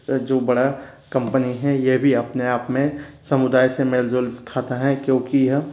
जो बड़ा कंपनी है यह भी अपने आप में समुदाय से मेल जोल खाता है क्योंकि यह